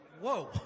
whoa